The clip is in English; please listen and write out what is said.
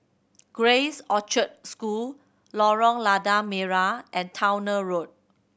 Grace Orchard School Lorong Lada Merah and Towner Road